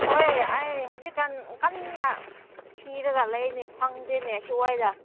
ꯍꯣꯏ ꯑꯩ ꯍꯧꯖꯤꯛ ꯀꯥꯟ ꯀꯟꯅ ꯊꯤꯔꯒ ꯂꯩꯅꯦ ꯐꯪꯗꯦꯅꯦ ꯁ꯭ꯋꯥꯏꯗ